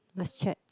must check